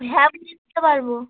হ্যাঁ আমি লিখতে পারবো